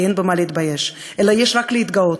כי אין במה להתבייש אלא יש רק במה להתגאות.